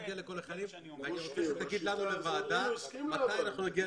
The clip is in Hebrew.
אני רוצה שתגיע לכל החיילים ותגיד לנו כוועדה מתי אנחנו נגיע